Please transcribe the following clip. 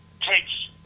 takes